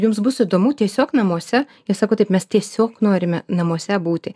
jums bus įdomu tiesiog namuose jie sako taip mes tiesiog norime namuose būti